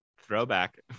Throwback